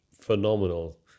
phenomenal